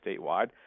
statewide